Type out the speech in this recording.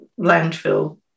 landfill